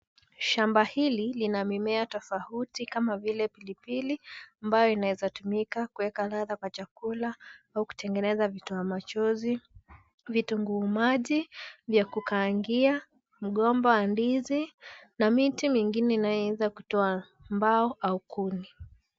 Shamba hili, lina mimea tofauti, kama vile pilipili, ambayo inaeza tumika kuweka ladha kwa chakula, au kutengeneza vitoa machozi ,vitunguu maji, vya kukaangia, mgomba wa ndizi, na miti mingine inayoweza kutoa mbao, au kuni.